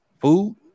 food